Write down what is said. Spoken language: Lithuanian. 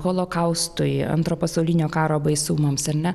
holokaustui antro pasaulinio karo baisumams ar ne